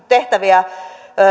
tehtäviä